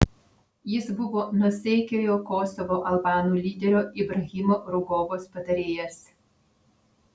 jis buvo nuosaikiojo kosovo albanų lyderio ibrahimo rugovos patarėjas